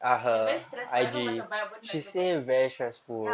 ah very stress [one] I know macam banyak benda nak kena buat ya